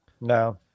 No